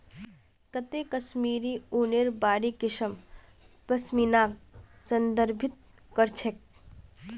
काते कश्मीरी ऊनेर बारीक किस्म पश्मीनाक संदर्भित कर छेक